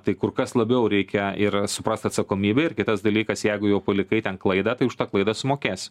tai kur kas labiau reikia ir suprast atsakomybę ir kitas dalykas jeigu jau palikai ten klaidą tai už klaidą sumokėsi